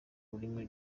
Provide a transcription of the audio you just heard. ururimi